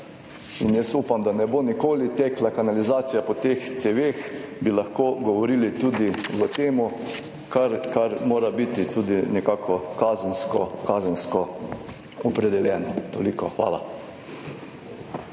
in jaz upam, da ne bo nikoli tekla kanalizacija po teh ceveh, bi lahko govorili tudi o temu, kar mora biti tudi nekako kazensko, kazensko opredeljeno. Toliko, hvala.